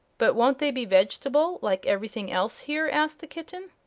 but won't they be veg'table, like everything else here? asked the kitten.